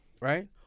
Right